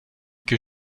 que